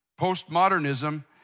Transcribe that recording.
postmodernism